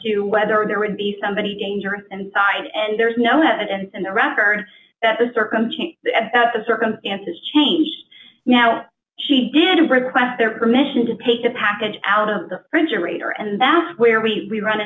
to whether there would be somebody dangerous inside and there's no evidence in the record that the circumstance the circumstances changed now she didn't request their permission to take the package out of the fridge or greater and that's where we